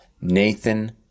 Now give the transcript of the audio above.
Nathan